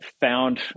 found